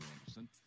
Anderson